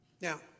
Now